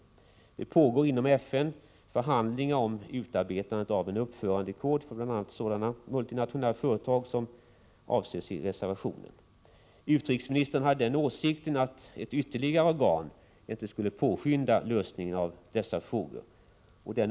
Det pågår inom FN förhandlingar om utarbetandet av en uppförandekod för bl.a. sådana multinationella företag som avses i reservationen. Utrikesministern hade den åsikten att ett ytterligare organ inte skulle påskynda lösningen av dessa frågor.